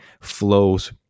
flows